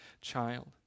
child